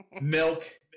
Milk